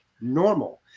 normal